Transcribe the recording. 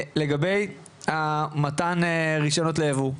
לגבי מתן רישיונות לייבוא,